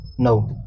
No